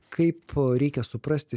kaip reikia suprasti